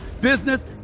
business